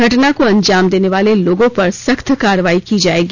घटना को अंजाम देने वाले लोगों पर सख्त कार्रवाई की जाएगी